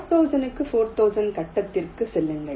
4000 க்கு 4000 கட்டத்திற்கு செல்லுங்கள்